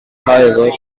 however